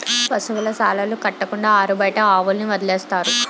పశువుల శాలలు కట్టకుండా ఆరుబయట ఆవుల్ని వదిలేస్తారు